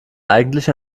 eigentlich